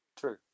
True